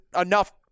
enough